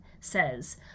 says